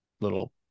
little